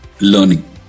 learning